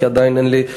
כי עדיין אין לי,